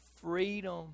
freedom